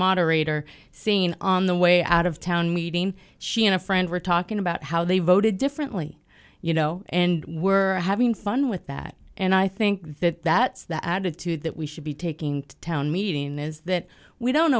moderator seen on the way out of town meeting she and a friend were talking about how they voted differently you know and were having fun with that and i think that that's the attitude that we should be taking to town meeting is that we don't